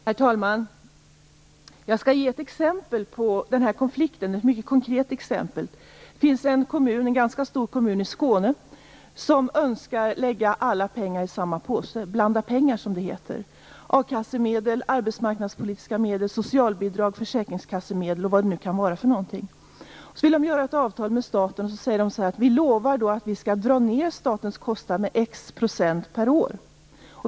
Herr talman! Jag skall ge ett mycket konkret exempel på den här konflikten. Det finns en ganska stor kommun i Skåne som önskar lägga alla pengar i samma påse, blanda pengar, som det heter. Det gäller a-kassemedel, arbetsmarknadspolitiska medel, socialbidrag, försäkringskassemedel m.m. De vill ingå ett avtal med staten, och de säger: Vi lovar att vi skall dra ned statens kostnader med X procent per år.